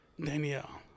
Danielle